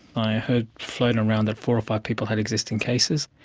i heard floating around that four or five people had existing cases.